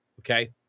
okay